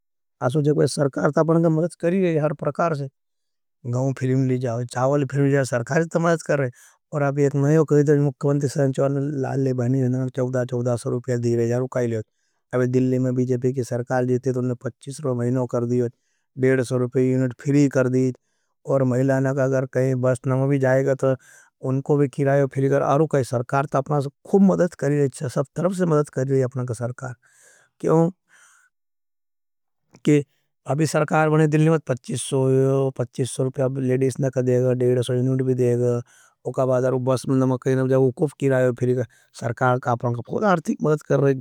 आसू ज़गवेर सरकार था अपना का मदद करी रही है अपना परकार से, ग़ौं फिरीमली जाओ, चावल फिरीमली जाओ, सरकार था मदद कर रही है। और आप एक नयों कही था, मुक्वंति सेंचवाल लाले बहनिर ननक चौदह चौदह सौ सरुपिया दिरेजार, वो काय लियो था। कि अभी सरकार बने दिल्ली मत पच्चिस सोयो, पच्चिस सो रुपया लेडियस नक देगा, देड़ा सोड़ी नूट भी देगा, कि अभी सरकार बने। दिल्ली मत पच्चिस सोड़ी नूट भी देगा, देड़ा सोड़ी नूट भी देगा। अरु का सदारकर तो अपना खूब मदद कर सकई रे। अभी सरकार बनी तो फ्री बहुत कर रिये है, सरकार तो अपना खूब आर्थिक मदद करी करी रई।